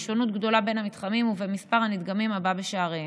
שונות גדולה בין המתחמים במספר הנדגמים הבא בשעריהם.